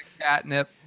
Catnip